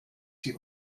sie